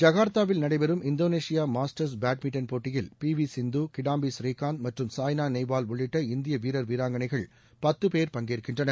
ஜகா்த்தாவில் நடைபெறும் Indonesia Masters badminton போட்டியில் P V Sindhu Kidambi Srikanth மற்றும் சாய்னா நேவால் உள்ளிட்ட இந்திய வீரர் வீராங்கணைகள் பத்து பேர் பங்கேற்கின்றனர்